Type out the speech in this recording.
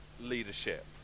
leadership